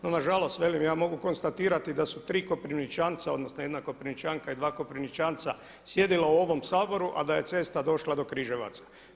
No nažalost, velim ja mogu konstatirati da su tri Koprivničanca, odnosno jedna Koprivničanka i dva Koprivničanca sjedila u ovom Saboru a da je cesta došla do Križevaca.